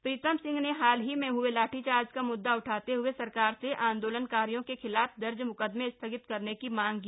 प्रीतम सिंह ने हाल ही में हए लाठीचार्ज का म्दृदा उठाते हए सरकार से आंदोलनकारियों के खिलाफ दर्ज म्कदमे स्थगित करने की मांग की